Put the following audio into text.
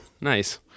Nice